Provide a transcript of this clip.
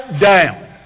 down